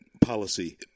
policy